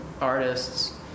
artists